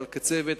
אלא כצוות,